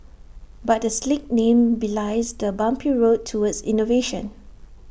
but the slick name belies the bumpy road towards innovation